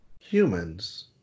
Humans